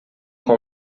com